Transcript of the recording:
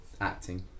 acting